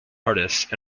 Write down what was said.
artists